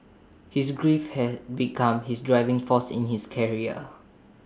his grief had become his driving force in his career